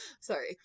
sorry